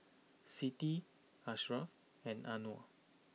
Siti Ashraff and Anuar